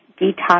Detox